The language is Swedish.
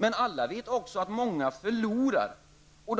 Alla vet emellertid också att många förlorar på skattereformen.